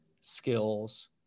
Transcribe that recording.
skills